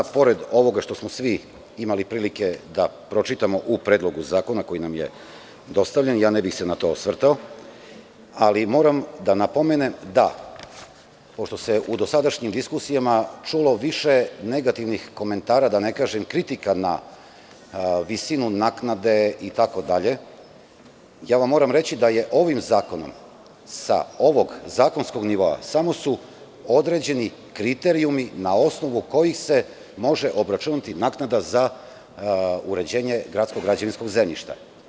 Pored ovoga što smo svi imali prilike da pročitamo u Predlogu zakona koji nam je dostavljen, ne bih se na to osvrtao, ali moram da napomenem da pošto se u dosadašnjim diskusijama čulo više negativnih komentara, da ne kažem kritika na visinu naknade itd, moram reći da je ovim zakonom sa ovog zakonskog nivoa samo su određeni kriterijumi na osnovu kojih se može obračunati naknada za uređenje gradskog građevinskog zemljišta.